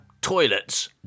Toilets